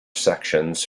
sections